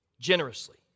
generously